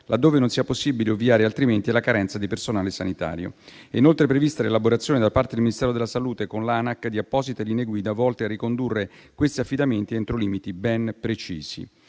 laddove non sia possibile ovviare altrimenti alla carenza di personale sanitario. È inoltre prevista l'elaborazione, da parte del Ministero della salute con l'Anac, di apposite linee guida volte a ricondurre questi affidamenti entro limiti ben precisi.